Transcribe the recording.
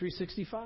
365